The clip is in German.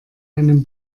einem